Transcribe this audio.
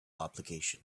obligation